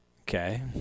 Okay